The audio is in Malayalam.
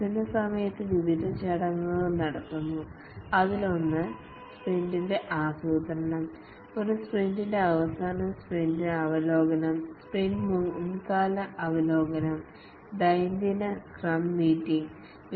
വികസന സമയത്ത് വിവിധ സെറിമോനിസ് അഥവാ ചടങ്ങുകൾ നടത്തുന്നു അതിലൊന്നാണ് സ്പ്രിന്റ് ആസൂത്രണം ഒരു സ്പ്രിന്റിന്റെ അവസാനം സ്പ്രിന്റ് അവലോകനം സ്പ്രിന്റ്മുൻകാല അവലോകനം ദൈനംദിന സ്ക്രം മീറ്റിംഗ് എന്നിവ